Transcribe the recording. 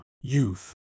youth